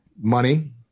money